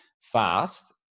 fast